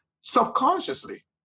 subconsciously